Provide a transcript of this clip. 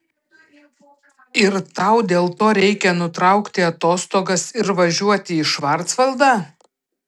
ir tau dėl to reikia nutraukti atostogas ir važiuoti į švarcvaldą